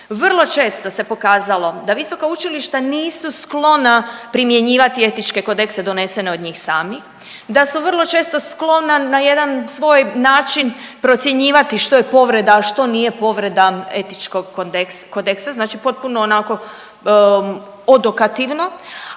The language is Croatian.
vrlo često se pokazalo da visoka učilišta nisu sklona primjenjivati etičke kodekse donesene od njih samih, da su vrlo često sklona na jedan svoj način procjenjivati što je povreda, a što nije povreda etičkog kodeksa znači potpuno onako odokativno,